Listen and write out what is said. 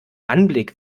anblick